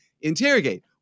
interrogate